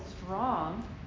strong